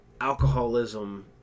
alcoholism